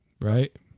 right